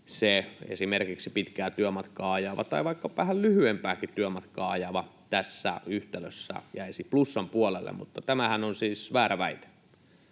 se esimerkiksi pitkää työmatkaa ajava tai vaikka vähän lyhyempääkin työmatkaa ajava tässä yhtälössä jäisi plussan puolelle, mutta tämähän on siis väärä väite.